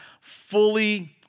fully